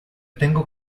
tengo